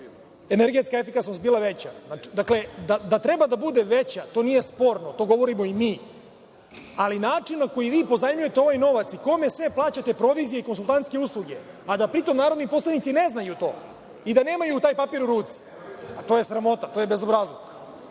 energetska efikasnost bila veća. Da treba da bude veća to nije sporno, to govorimo i mi, ali način na koji vi pozajmljujete ovaj novac i kome sve plaćate proviziju i konsultantske usluge, a da pri tom narodni poslanici ne znaju ništa o tome, i da nemaju papir u ruci, to je sramota, to je bezobrazluk. Ne